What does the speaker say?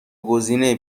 گزینه